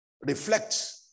reflect